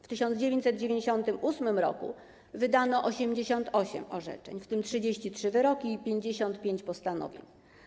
W 1998 r. wydano 88 orzeczeń, w tym 33 wyroki i 55 postanowień.